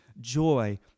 joy